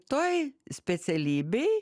toj specialybėj